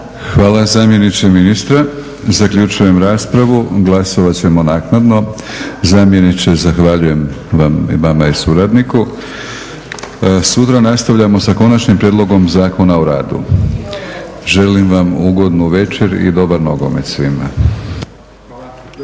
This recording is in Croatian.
Hvala zamjeniče ministra. Zaključujem raspravu. Glasovat ćemo naknadno. Zamjeniče zahvaljujem vam i vama i suradniku. Sutra nastavljamo sa konačnim prijedlogom Zakon o radu. Želim vam ugodnu večer i dobar nogomet svima.